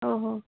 ଓହୋ